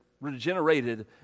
regenerated